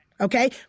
okay